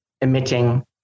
emitting